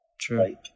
True